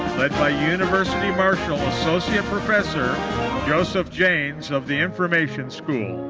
led by university marshal associate professor joseph janes, of the information school.